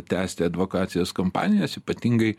tęsti advokacijos kampanijas ypatingai